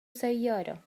سيارة